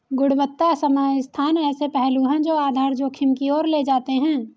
गुणवत्ता समय स्थान ऐसे पहलू हैं जो आधार जोखिम की ओर ले जाते हैं